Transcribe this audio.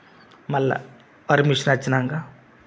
మళ్ళ వరి మిషన్ వచ్చినాంక